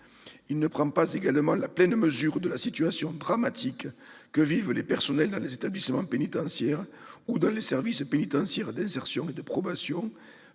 Il ne prend pas non plus la pleine mesure de la situation dramatique que vivent les personnels dans les établissements pénitentiaires ou dans les services pénitentiaires d'insertion et de probation,